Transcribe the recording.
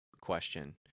question